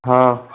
हाँ